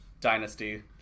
dynasty